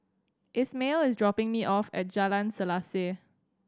Ismael is dropping me off at Jalan Selaseh